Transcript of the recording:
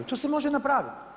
To se može napraviti.